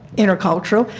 intercultural,